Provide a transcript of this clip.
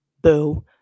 boo